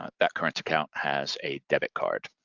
ah that current account has a debit card.